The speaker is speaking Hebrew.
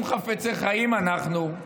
אבל אז נדע שאם חפצי חיים אנחנו,